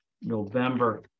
November